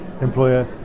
Employer